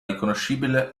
riconoscibile